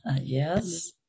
Yes